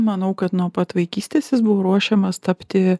manau kad nuo pat vaikystės jis buvo ruošiamas tapti